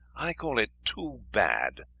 i call it too bad.